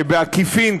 שבעקיפין,